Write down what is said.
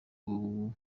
bwo